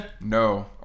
No